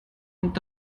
und